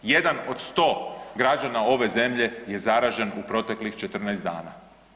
Jedan od 100 građana ove zemlje je zaražen u proteklih 14 dana.